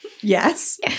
yes